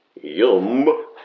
yum